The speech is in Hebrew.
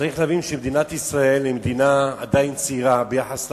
צריך להבין שמדינת ישראל היא מדינה עדיין צעירה ביחס לעולם,